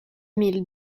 mille